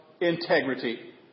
integrity